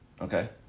okay